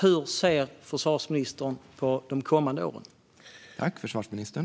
Hur ser försvarsministern på de kommande åren?